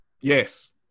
Yes